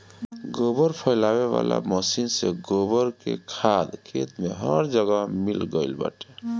गोबर फइलावे वाला मशीन से गोबर कअ खाद खेत में हर जगह मिल गइल बाटे